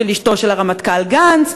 של אשתו של הרמטכ"ל גנץ,